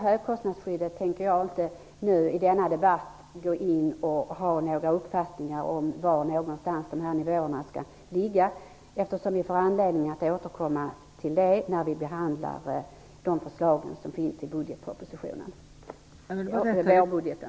Jag tänker inte i denna debatt komma med några synpunkter på var nivåerna i högkostnadsskyddet skall ligga, eftersom vi får anledning att återkomma till den frågan när vi behandlar förslagen i vårbudgeten.